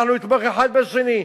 אנחנו נתמוך האחד בשני.